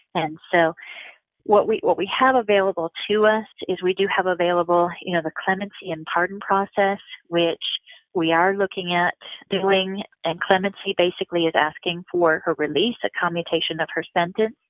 and so what we what we have available to us, is we do have available you know the clemency and pardon process, which we are looking at doing, and clemency basically is asking for her release, a commutation of her sentence.